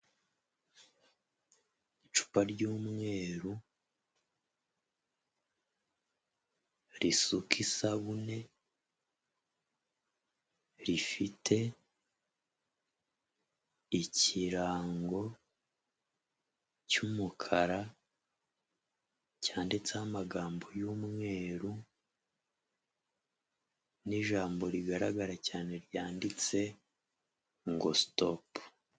Icupa ry'umweru risuka isabune, rifite ikirango cy'umukara cyanditseho amagambo y'umweru n'ijambo rigaragara cyane ryanditse ngo sitopu.